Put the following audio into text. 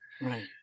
Right